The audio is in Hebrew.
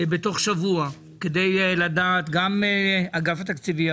תוך שבוע גם עם אגף התקציבים,